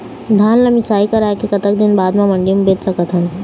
धान ला मिसाई कराए के कतक दिन बाद मा मंडी मा बेच सकथन?